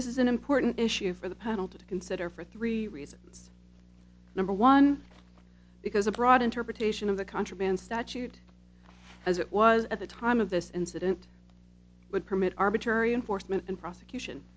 this is an important issue for the panel to consider for three reasons number one because a broad interpretation of the contraband statute as it was at the time of this incident would permit arbitrary enforcement and prosecution